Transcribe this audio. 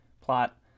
Plot